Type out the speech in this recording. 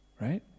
Right